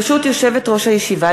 ברשות יושבת-ראש הישיבה,